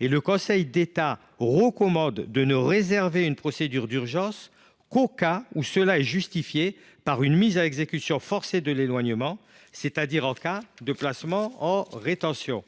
Le Conseil d’État recommande de ne réserver une procédure d’urgence que lorsque cela est justifié par une mise à exécution forcée de l’éloignement, c’est à dire en cas de placement en rétention.